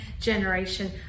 generation